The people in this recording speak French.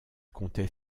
comptait